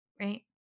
right